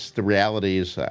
the reality is.